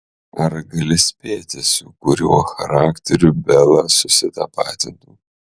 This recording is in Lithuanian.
ar gali spėti su kuriuo charakteriu bela susitapatintų